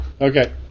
Okay